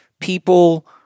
people